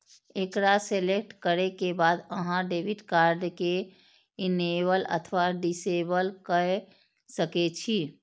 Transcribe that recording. एकरा सेलेक्ट करै के बाद अहां डेबिट कार्ड कें इनेबल अथवा डिसेबल कए सकै छी